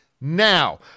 now